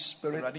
Spirit